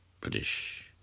British